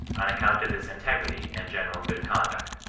on account of his integrity and general good conduct.